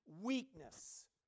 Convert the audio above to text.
weakness